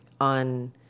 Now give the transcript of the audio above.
on